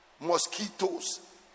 mosquitoes